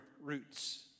roots